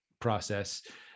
process